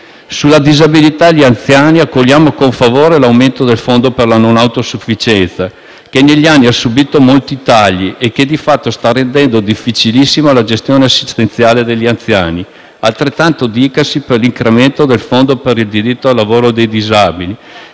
Sulla disabilità e gli anziani, accogliamo con favore l'aumento del fondo per la non autosufficienza, che negli anni ha subito molti tagli e che di fatto sta rendendo difficilissima la gestione assistenziale degli anziani. Altrettanto dicasi per l'incremento del fondo per il diritto al lavoro dei disabili,